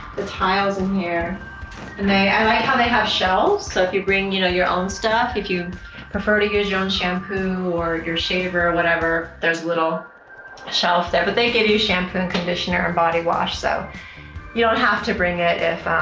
the tiles in here and i like how they have shelves so if you bring you know your own stuff if you prefer to use your own shampoo or your shaver or whatever there's little a shelf there but they give you shampoo and conditioner and body wash so you don't have to bring it if